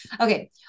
Okay